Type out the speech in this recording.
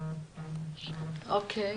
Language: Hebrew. אוקיי.